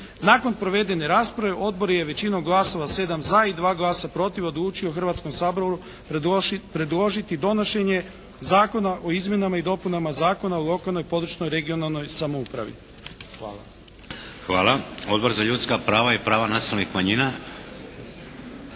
Nakon provedene rasprave Odbor je većinom glasova, 7 za i 2 glasa protiv odlučio Hrvatskom saboru predložiti donošenje Zakona o izmjenama i dopunama Zakona o lokalnoj i područnoj (regionalnoj) samoupravi. Hvala. **Šeks, Vladimir (HDZ)** Hvala. Odbor za ljudska prava i prava nacionalnih manjina.